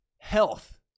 health